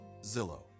Zillow